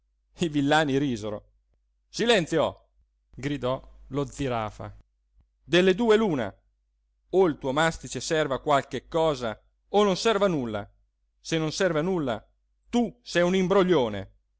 i villani risero silenzio gridò lo zirafa delle due l'una o il tuo mastice serve a qualche cosa o non serve a nulla se non serve a nulla tu sei un imbroglione